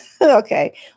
Okay